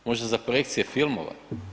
Možda za projekcije filmova?